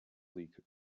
league